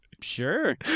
sure